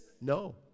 No